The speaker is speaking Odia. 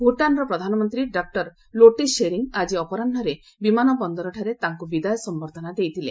ଭୁଟାନ୍ର ପ୍ରଧାନମନ୍ତ୍ରୀ ଡକ୍ଟର ଲୋଟେ ସେରିଙ୍ଗ୍ ଆଜି ଅପରାହୁରେ ବିମାନ ବନ୍ଦରଠାରେ ତାଙ୍କୁ ବିଦାୟ ସମ୍ଭର୍ଦ୍ଧନା ଦେଇଥିଲେ